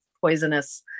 poisonous